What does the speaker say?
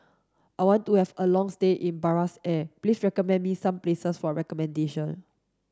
I want to have a long stay in Buenos Aires Please recommend me some places for accommodation